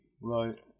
Right